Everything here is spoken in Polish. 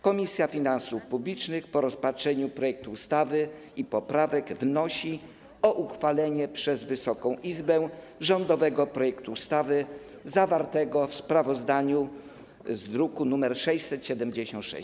Komisja Finansów Publicznych po rozpatrzeniu projektu ustawy i poprawek wnosi o uchwalenie przez Wysoką Izbę rządowego projektu ustawy zawartego w sprawozdaniu z druku nr 676.